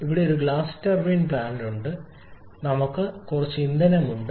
ഇവിടെ ഒരു gas turbine plant ഉണ്ട് നമുക്ക് കുറച്ച് ഇന്ധനം ഉണ്ട്